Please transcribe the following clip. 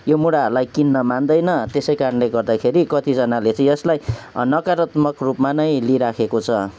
यो मुढाहरूलाई किन्न मान्दैन त्यसै कारणले गर्दाखेरि कतिजनाले चाहिँ यसलाई नकारात्मक रूपमा नै लिइरहेको छ